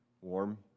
warm